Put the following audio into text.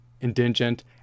indigent